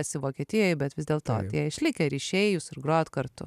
esi vokietijoje bet vis dėlto tie išlikę ir išėjus groti kartu